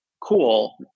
cool